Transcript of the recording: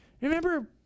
Remember